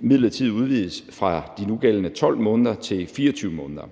midlertidigt udvides fra de nugældende 12 måneder til 24 måneder.